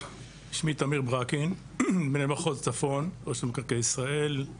שמי תמיר ברקין ממחוז צפון, רשות מקרקעי ישראל.